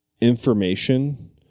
information